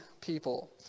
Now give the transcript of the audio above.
people